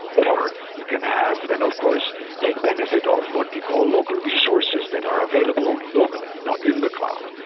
or you can have then of course take benefit of what we call local resources that are available only locally, not in the cloud,